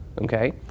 Okay